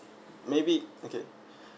maybe okay